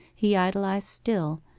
he idolized still,